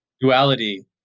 Duality